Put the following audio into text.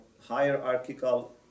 hierarchical